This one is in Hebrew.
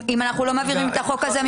אם אנחנו לא מעבירים את החוק הזה,